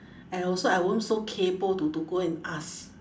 I also I won't so kaypoh to to go and ask